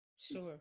Sure